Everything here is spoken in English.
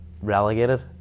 relegated